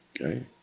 Okay